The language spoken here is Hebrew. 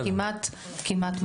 שכמעט כמעט מוכנה.